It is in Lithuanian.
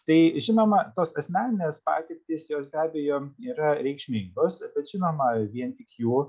tai žinoma tos asmeninės patirtys jos be abejo yra reikšmingos bet žinoma vien tik jų